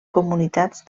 comunitats